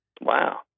Wow